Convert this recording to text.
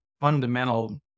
fundamental